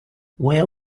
where